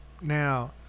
Now